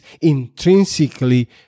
intrinsically